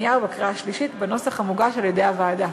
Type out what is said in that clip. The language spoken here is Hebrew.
שנייה ובקריאה שלישית בנוסח המוגש על-ידי הוועדה.